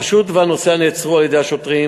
החשוד והנוסע נעצרו על-ידי השוטרים.